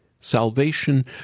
salvation